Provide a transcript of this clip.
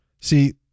See